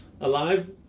alive